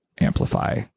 amplify